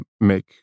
make